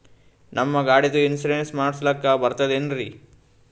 ನಮ್ಮ ಗಾಡಿದು ಇನ್ಸೂರೆನ್ಸ್ ಮಾಡಸ್ಲಾಕ ಬರ್ತದೇನ್ರಿ?